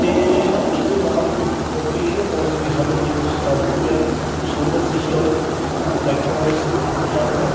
ਅਤੇ ਉਸਦੇ ਨਾਲ ਵ ਵੋਕੇਸ਼ਨਲ ਕੋਰਸ ਵੀ ਹਨ ਜਿਵੇਂ software solar system electronics and